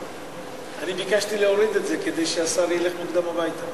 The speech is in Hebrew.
אני ביקשתי להוריד את זה כדי שהשר ילך מוקדם הביתה.